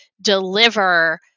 deliver